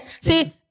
See